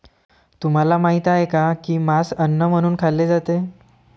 तुम्हाला माहित आहे का की मांस अन्न म्हणून खाल्ले जाते?